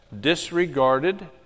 disregarded